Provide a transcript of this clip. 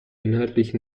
inhaltlich